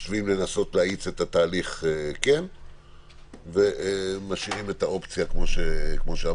חושבים כן לנסות להאיץ את התהליך ומשאירים את האופציה כמו שאמרנו.